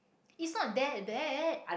it's not that bad